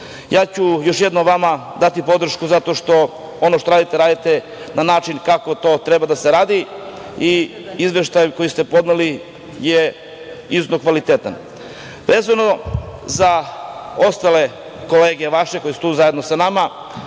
ću još jednom vama dati podršku zato što ono što radite radite na način kako to i treba da se radi. Izveštaj koji ste podneli je izuzetno kvalitetan. Vezano za ostale kolege vaše koje su tu zajedno sa nama,